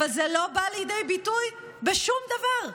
אבל זה לא בא לידי ביטוי בשום דבר: